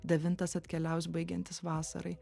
devintas atkeliaus baigiantis vasarai